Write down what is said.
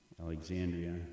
Alexandria